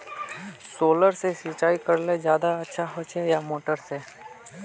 Solar से सिंचाई करले ज्यादा अच्छा होचे या मोटर से?